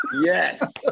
Yes